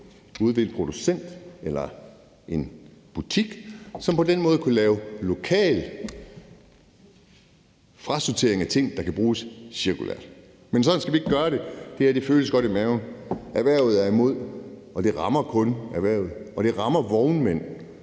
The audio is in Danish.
ude ved en producent eller en butik, som på den måde kunne lave lokal frasortering af ting, der kan bruges cirkulært. Men sådan skal vi ikke gøre det. Det her føles godt i maven. Erhvervet er imod. Det rammer kun erhvervet, og det rammer vognmænd,